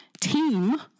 team